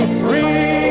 free